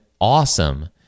awesome